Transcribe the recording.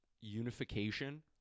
unification